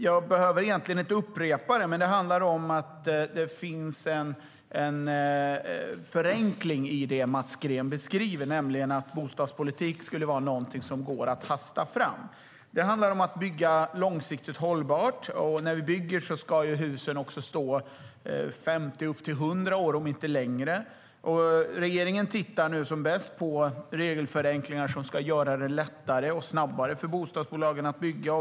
Jag behöver egentligen inte upprepa det, men det finns en förenkling i det Mats Green beskriver - att bostadspolitik skulle vara något som går att hasta fram. Det handlar om att bygga långsiktigt hållbart. När vi bygger ska husen stå i upp till femtio eller hundra år, om inte längre. Regeringen tittar nu som bäst på regelförenklingar som ska göra det lättare och snabbare för bostadsbolagen att bygga.